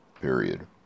Period